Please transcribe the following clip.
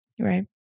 right